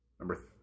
Number